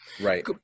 Right